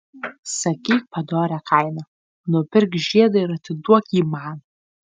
sakyk padorią kainą nupirk žiedą ir atiduok jį man